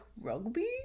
rugby